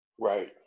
Right